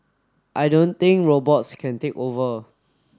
I don't think robots can take over